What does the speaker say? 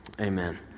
Amen